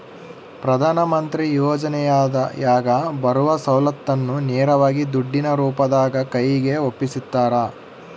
ಪ್ರಧಾನ ಮಂತ್ರಿ ಯೋಜನೆಯಾಗ ಬರುವ ಸೌಲತ್ತನ್ನ ನೇರವಾಗಿ ದುಡ್ಡಿನ ರೂಪದಾಗ ಕೈಗೆ ಒಪ್ಪಿಸ್ತಾರ?